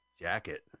jacket